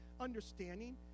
understanding